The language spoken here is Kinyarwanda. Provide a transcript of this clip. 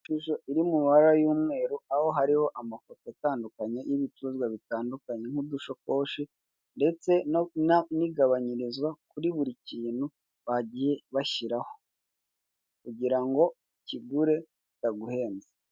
ishusho iri mumabara y'umweru aho hariho amafoto atandukanye n'ibicuruzwa bitandukanye harimo udushakoshi ndetse n'igabanyirizwa kuri buri kintu bagiye bashyiraho kugirango ukigure bitaguhenze